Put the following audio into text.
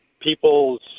people's